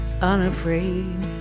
unafraid